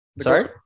Sorry